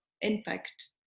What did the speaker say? impact